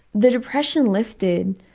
the depression lifted,